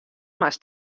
moatst